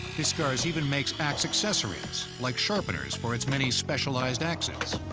fiskars even makes axe accessories, like sharpeners, for its many specialized axes.